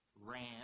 ran